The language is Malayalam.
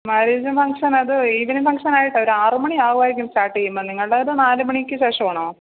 മാര്യേജ് ഫംഗ്ഷൻ അത് ഈവനിംഗ് ഫംഗ്ഷൻ ആയിട്ടാണ് ഒരു ആറ് മണി ആവുമായിരിക്കും സ്റ്റാർട്ട് ചെയ്യുമ്പം നിങ്ങളുടേത് ഒരു നാല് മണിക്ക് ശേഷമാണോ